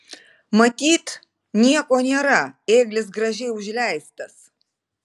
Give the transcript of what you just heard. matyt nieko nėra ėglis gražiai užleistas